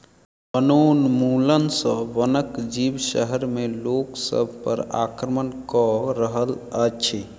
वनोन्मूलन सॅ वनक जीव शहर में लोक सभ पर आक्रमण कअ रहल अछि